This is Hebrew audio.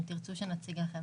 נציג לכם